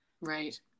Right